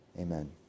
Amen